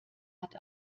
hat